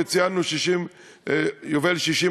וציינו יובל 60,